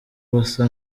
basa